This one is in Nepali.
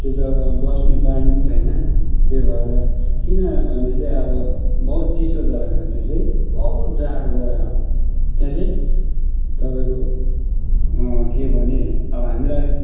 त्यो जगामा बस्ने बानी पनि छैन त्यो भएर किन भने चाहिँ अब बहुत चिसो जग्गा हो त्यो चाहिँ बहुत जाडो जग्गा हो त्यहाँ चाहिँ तपाईँको के भने अब हामीलाई